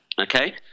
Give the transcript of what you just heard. okay